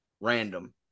random